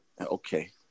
Okay